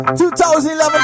2011